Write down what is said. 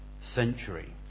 century